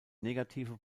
negative